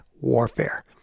warfare